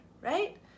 right